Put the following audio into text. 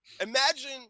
imagine